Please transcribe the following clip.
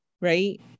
Right